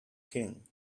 king